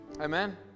Amen